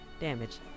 damage